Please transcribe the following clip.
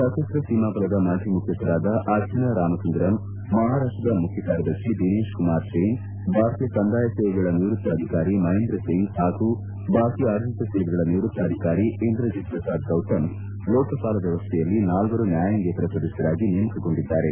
ಸಶಸ್ತ ಸೀಮಾಬಲದ ಮಾಜಿ ಮುಖ್ಯಸ್ಥರಾದ ಅರ್ಚನಾ ರಾಮಸುಂದರಂ ಮಹಾರಾಷ್ವದ ಮುಖ್ಡಕಾರ್ಯದರ್ತಿ ದಿನೇಶ್ ಕುಮಾರ್ ಜೈನ್ ಭಾರತೀಯ ಕಂದಾಯ ಸೇವೆಗಳ ನಿವೃತ್ತ ಅಧಿಕಾರಿ ಮಹೇಂದ್ರ ಸಿಂಗ್ ಹಾಗೂ ಭಾರತೀಯ ಆಡಳಿತ ಸೇವೆಗಳ ನಿವೃತ್ತ ಅಧಿಕಾರಿ ಇಂದ್ರದೀತ್ ಪ್ರಸಾದ್ ಗೌತಮ್ ಲೋಕಪಾಲ ವ್ಯವಸ್ವೆಯಲ್ಲಿ ನಾಲ್ವರು ನ್ಯಾಯಾಂಗೇತರ ಸದಸ್ಖರಾಗಿ ನೇಮಕ ಗೊಂಡಿದ್ದಾರೆ